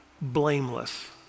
blameless